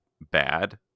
bad